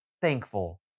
thankful